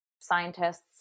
scientists